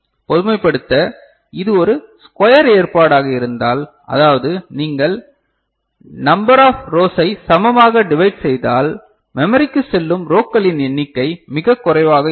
பொதுமைப்படுத்த இது ஒரு ஸ்குயர் ஏற்பாடாக இருந்தால் அதாவது நீங்கள் நம்பர் ஆப் ரோசை சமமாகப் டிவைட் செய்தால் மெமரிக்கு செல்லும் ரோக்களின் எண்ணிக்கை மிகக் குறைவாக இருக்கும்